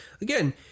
again